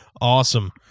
awesome